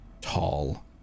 tall